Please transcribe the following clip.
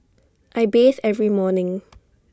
I bathe every morning